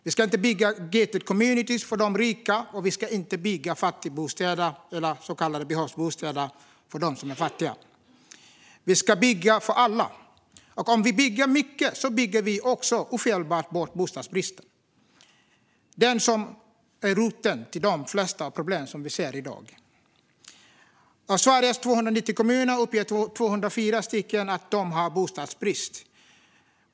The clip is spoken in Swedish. Vi ska inte bygga gated communities för de rika, och vi ska inte bygga fattigbostäder - så kallade behovsbostäder - för dem som är fattiga. Vi ska bygga för alla. Och om vi bygger mycket bygger vi också ofelbart bort den bostadsbrist som är roten till de flesta av de problem vi ser i dag. Av Sveriges 290 kommuner uppger 204 att de har bostadsbrist.